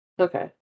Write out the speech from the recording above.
Okay